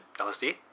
LSD